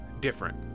different